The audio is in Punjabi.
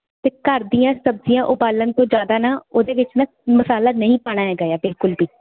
ਤੇ ਘਰ ਦੀਆਂ ਸਬਜ਼ੀਆਂ ਉਬਾਲਣ ਤੋਂ ਜਿਆਦਾ ਨਾ ਉਹਦੇ ਵਿੱਚ ਨਾ ਮਸਾਲਾ ਨਹੀਂ ਪਾਣਾ ਹੈਗਾ ਆ ਬਿਲਕੁਲ ਵੀ